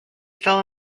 still